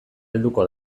helduko